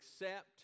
accept